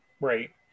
right